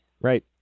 Right